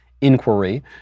inquiry